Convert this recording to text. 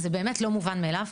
זה באמת לא מובן מאליו,